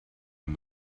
and